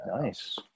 Nice